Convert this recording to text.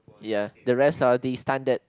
ya the rest are the standard